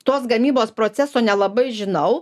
tos gamybos proceso nelabai žinau